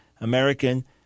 American